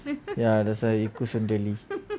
ya he is சுண்ட எலி:sunda elli